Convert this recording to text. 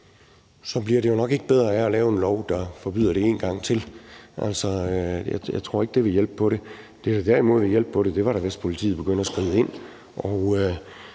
så nok ikke bliver bedre af, at vi laver en lov, der forbyder det en gang til. Altså, jeg tror ikke, at det vil hjælpe på det. Det ville derimod hjælpe på det, hvis politiet begyndte at skride ind,